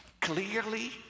Clearly